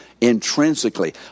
intrinsically